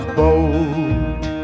boat